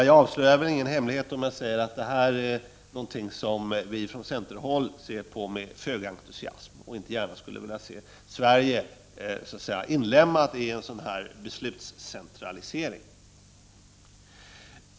Jag avslöjar väl ingen hemlighet om jag säger att detta är någonting som vi från centern ser med föga entusiasm på, och vi vill inte gärna se Sverige inlemmat i en sådan beslutscentralisering.